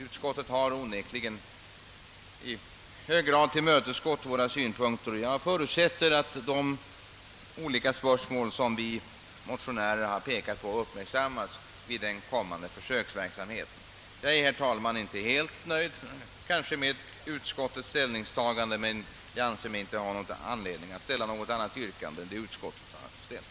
Utskottet har i hög grad tillmötesgått våra synpunkter, och jag förutsätter att de olika spörsmål som vi motionärer har pekat på uppmärksammas vid en kommande försöksverksamhet. Jag är, herr talman, inte helt nöjd med utskottets ställningstagande, men jag anser mig inte ha anledning att ställa något annat yrkande än det utskottet har ställt.